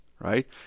right